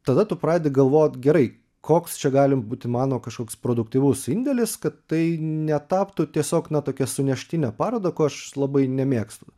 tada tu pradedi galvot gerai koks čia gali būti mano kažkoks produktyvus indėlis kad tai netaptų tiesiog na tokia suneštine paroda ko aš labai nemėgstu